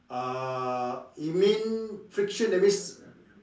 uh you mean friction that means